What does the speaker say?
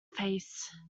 face